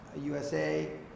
USA